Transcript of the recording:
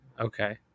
okay